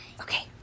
Okay